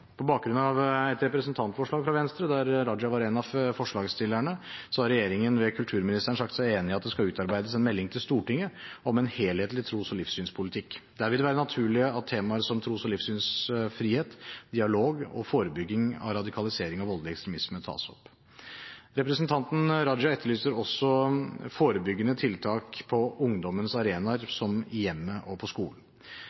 På bakgrunn av et representantforslag fra Venstre, der Raja var en av forslagsstillerne, har regjeringen ved kulturministeren sagt seg enig i at det skal utarbeides en melding til Stortinget om en helhetlig tros- og livssynspolitikk. Der vil det være naturlig at temaer som tros- og livssynsfrihet, dialog og forebygging av radikalisering og voldelig ekstremisme tas opp. Representanten Raja etterlyser forebyggende tiltak på ungdommens arenaer,